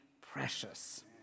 precious